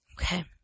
Okay